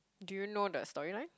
do you know the storyline